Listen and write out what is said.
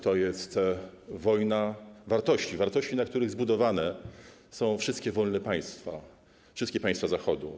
To jest wojna wartości - wartości, na których zbudowane są wszystkie wolne państwa, wszystkie państwa Zachodu.